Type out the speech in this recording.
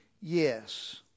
Yes